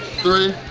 three.